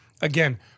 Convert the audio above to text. Again